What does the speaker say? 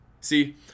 See